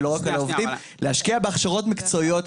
ולא רק על העובדים להשקיע בהכשרות מקצועיות,